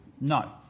No